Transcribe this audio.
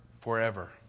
forever